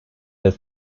that